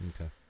okay